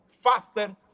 faster